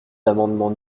l’amendement